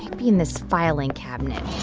maybe in this filing cabinet